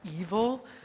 evil